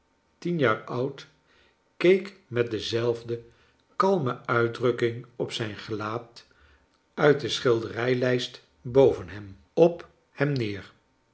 tien jaar oud keek met dezelfde kalme uitdrakking op zijn gelaat uit de schilderijlijst boven hem i kleine dope it op hem neer